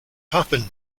happened